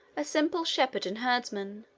a simple shepherd and herdsman,